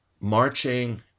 marching